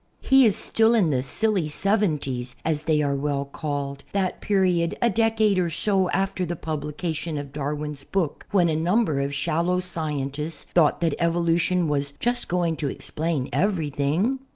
he is still in the silly seventies, as they are well called, that period a decade or so after the publication of darwin's book when a number of shallow scientists thought that evolution was just going to explain everything.